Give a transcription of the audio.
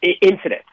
Incident